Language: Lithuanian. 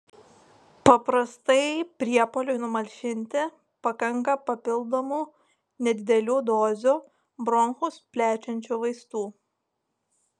paprastai priepuoliui numalšinti pakanka papildomų nedidelių dozių bronchus plečiančių vaistų